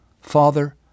Father